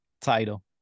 title